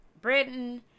Britain